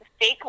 fake